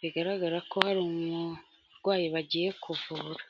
bigaragara ko hari umurwayi bagiye kuvura.